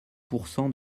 pourcent